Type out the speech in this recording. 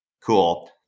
cool